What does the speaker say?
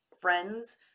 friends